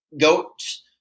goats